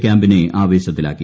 ക്യാമ്പിനെ ആവേശത്തിലാക്കി